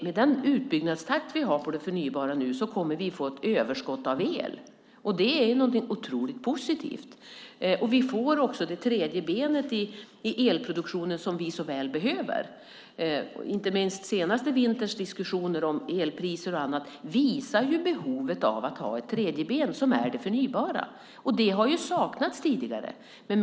Med den utbyggnadstakt vi nu har på det förnybara kommer vi att få ett överskott av el, vilket är oerhört positivt. Vi får även det tredje benet i elproduktionen, något som vi så väl behöver. Inte minst visar vinters diskussioner om elpriser på behovet av ett tredje ben, som är det förnybara. Det har tidigare saknats.